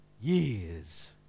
years